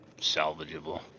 salvageable